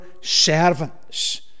servants